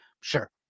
sure